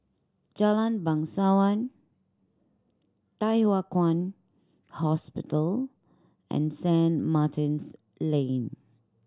Jalan Bangsawan Thye Hua Kwan Hospital and Saint Martin's Lane